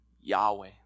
Yahweh